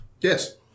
Yes